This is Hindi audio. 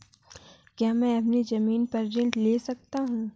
क्या मैं अपनी ज़मीन पर ऋण ले सकता हूँ?